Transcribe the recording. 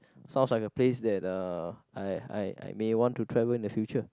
sounds like a place that uh I I I may want to travel in the future